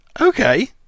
okay